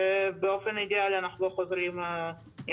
ובאופן אידיאלי אנחנו לא חוזרים אם